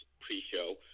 pre-show